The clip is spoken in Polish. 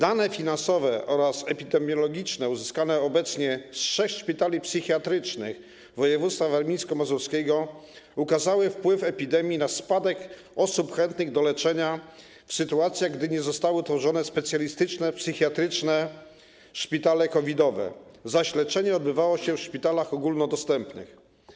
Dane finansowe oraz epidemiologiczne, uzyskane obecnie z trzech szpitali psychiatrycznych województwa warmińsko-mazurskiego, ukazały wpływ epidemii na spadek liczby osób chętnych do leczenia, w sytuacjach gdy nie zostały utworzone specjalistyczne psychiatryczne szpitale COVID-owe, zaś leczenie odbywało się w szpitalach ogólnodostępnych.